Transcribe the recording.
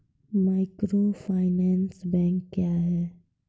Microfinance bank क्या हैं?